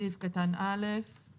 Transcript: סעיף קטן (א)(ב2)